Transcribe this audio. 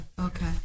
Okay